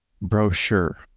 brochure